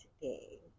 today